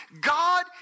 God